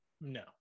no